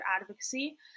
advocacy